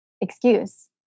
excuse